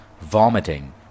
vomiting